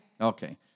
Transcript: Okay